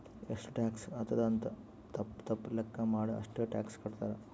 ಎಷ್ಟು ಟ್ಯಾಕ್ಸ್ ಆತ್ತುದ್ ಅಂತ್ ತಪ್ಪ ತಪ್ಪ ಲೆಕ್ಕಾ ಮಾಡಿ ಅಷ್ಟೇ ಟ್ಯಾಕ್ಸ್ ಕಟ್ತಾರ್